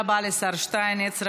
תודה רבה לשר שטייניץ.